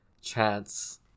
chance